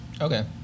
Okay